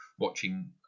watching